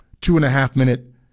two-and-a-half-minute